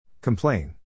Complain